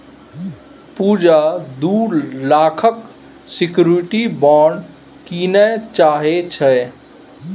पुजा दु लाखक security bond कीनय चाहै छै